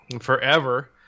forever